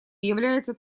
является